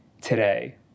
today